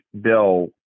bill